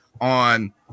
on